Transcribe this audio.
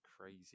crazy